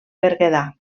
berguedà